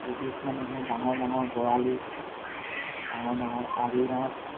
ডুবিত মানুহে ডাঙৰ ডাঙৰ বৰালি ডাঙৰ ডাঙৰ আৰি মাছ